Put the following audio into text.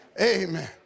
amen